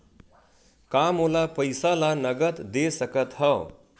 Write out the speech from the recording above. का मोला पईसा ला नगद दे सकत हव?